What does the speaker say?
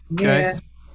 Yes